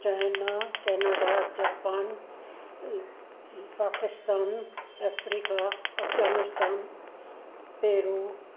China Canada Japan Pakistan Africa Afghanistan Peru